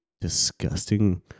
disgusting